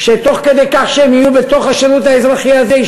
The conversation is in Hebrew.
שתוך כדי כך שהם יהיו בתוך השירות האזרחי הזה הם